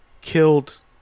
killed